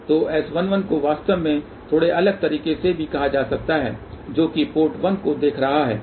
तो S11 को वास्तव में थोड़े अलग तरीके से भी कहा जा सकता है जो कि पोर्ट 1 को देख रहा है यह S11 है